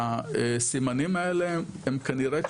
הסימנים האלה הם כנראה קשורים,